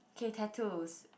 K tattoos